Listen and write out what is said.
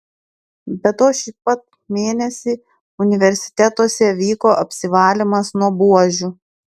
be to šį pat mėnesį universitetuose vyko apsivalymas nuo buožių